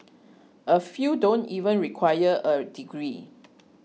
a few don't even require a degree